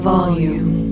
Volume